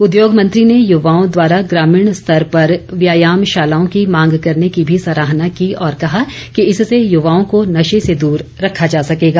उद्योग मंत्री ने युवाओं द्वारा ग्रामीण स्तर पर व्यायामशालाओं की मांग करने की भी सराहना की और कहा कि इससे युवाओं को नशे से दूर रखा जा सकेगा